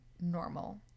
normal